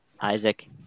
Isaac